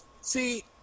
See